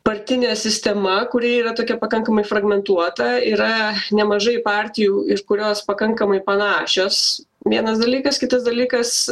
partinė sistema kuri yra tokia pakankamai fragmentuota yra nemažai partijų iš kurios pakankamai panašios vienas dalykas kitas dalykas